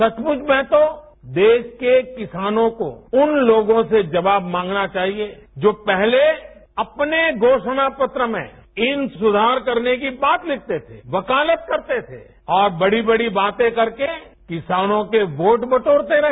सचमुच में तो देश के किसानों को उन लोगों से जवाब मांगना चाहिये जो पहले अपने घोषणा पत्र में इन सुधार करने की बात लिखते थे वकालत करते थे और बड़ी बड़ी बातें कर के किसानों के वोट बटोरते रहे